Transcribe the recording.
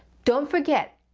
don't forget,